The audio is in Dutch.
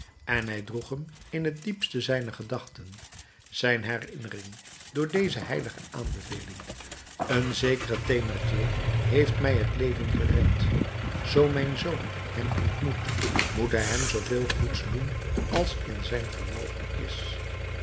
gedragen hij droeg hem in het diepste zijner gedachten zijner herinnering door deze heilige aanbeveling een zekere thénardier heeft mij het leven gered zoo mijn zoon hem ontmoet moet hij hem zooveel goeds doen als in zijn vermogen is